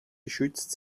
geschützt